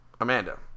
Amanda